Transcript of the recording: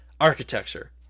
architecture